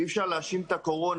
אי אפשר להאשים את הקורונה,